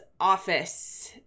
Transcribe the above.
office